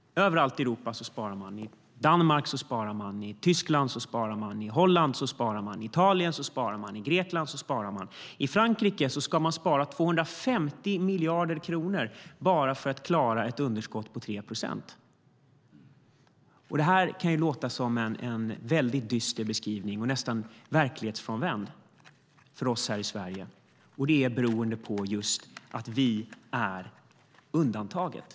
Överallt i Europa sparar man. I Danmark sparar man. I Tyskland sparar man. I Holland sparar man. I Italien sparar man. I Grekland sparar man. I Frankrike ska man spara 250 miljarder kronor för att klara ett underskott på 3 procent. Detta kan låta som en väldigt dyster beskrivning och nästan verklighetsfrånvänd för oss här i Sverige. Det är beroende på att vi är undantaget.